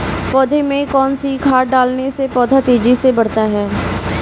पौधे में कौन सी खाद डालने से पौधा तेजी से बढ़ता है?